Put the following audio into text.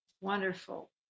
wonderful